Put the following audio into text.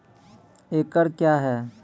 एकड कया हैं?